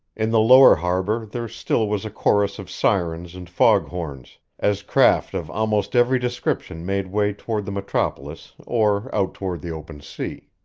in the lower harbor there still was a chorus of sirens and foghorns, as craft of almost every description made way toward the metropolis or out toward the open sea.